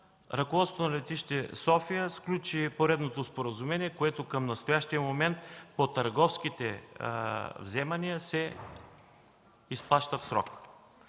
ръководството на летище София сключи поредното споразумение, което към настоящия момент по търговските вземания се изплаща в срок.